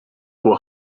were